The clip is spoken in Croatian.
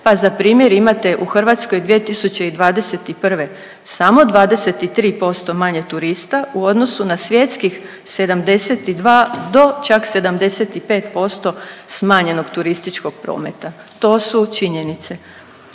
pa za primjer imate u Hrvatskoj 2021. samo 23% manje turista u odnosu na svjetskih 72 do čak 75% smanjenog turističkog prometa. To su činjenice.